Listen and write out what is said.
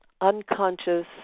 unconscious